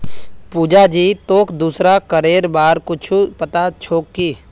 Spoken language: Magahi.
पुजा जी, तोक दूसरा करेर बार कुछु पता छोक की